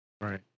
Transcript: right